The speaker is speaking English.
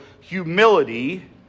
humility